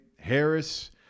Harris